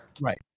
Right